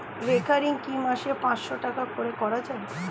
Recurring কি মাসে পাঁচশ টাকা করে করা যায়?